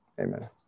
Amen